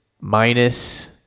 minus